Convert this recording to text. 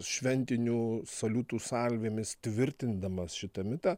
šventinių saliutų salvėmis tvirtindamas šitą mitą